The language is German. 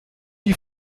die